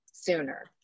sooner